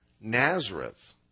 Nazareth